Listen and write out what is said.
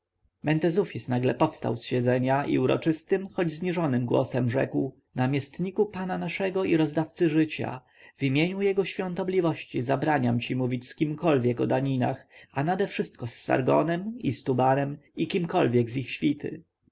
mentezufis nagle powstał z siedzenia i uroczystym choć zniżonym głosem rzekł namiestniku pana naszego i rozdawcy życia w imieniu jego świątobliwości zabraniam ci mówić z kimkolwiek o daninach a nadewszystko z sargonem istubarem i kimkolwiek z ich świty